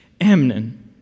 Amnon